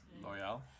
Loyal